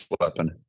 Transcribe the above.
weapon